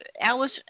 Alice